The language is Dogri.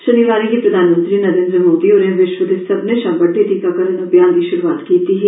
शनिवारें गी प्रधानमंत्री नरेन्द्र मोदी होरें विश्व दे सब्बनें शा बड्डे टीकाकरण अभियान दी श्रुआत कीती ही